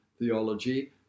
theology